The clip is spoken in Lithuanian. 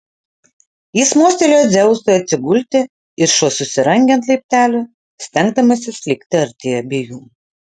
jis mostelėjo dzeusui atsigulti ir šuo susirangė ant laiptelių stengdamasis likti arti abiejų